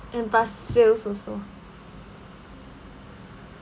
and by sales also